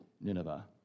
Nineveh